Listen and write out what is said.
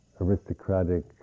aristocratic